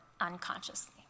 unconsciously